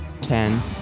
Ten